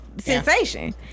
Sensation